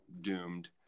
doomed